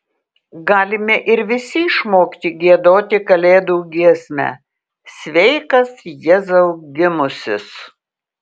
galime ir visi išmokti giedoti kalėdų giesmę sveikas jėzau gimusis